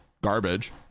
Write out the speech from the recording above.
garbage